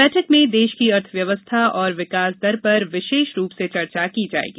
बैठक में देश की अर्थ व्यवस्था और विकास दर पर विशेष रूप से चर्चा की जायेगी